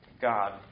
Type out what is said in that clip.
God